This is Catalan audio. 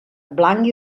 blanc